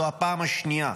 זו הפעם השנייה,